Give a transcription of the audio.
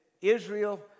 Israel